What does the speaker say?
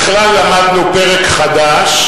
אני מעמיד דילמה בפני חבר הכנסת שהיא בלתי אפשרית.